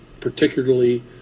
particularly